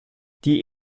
die